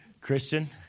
Christian